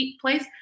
place